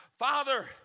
Father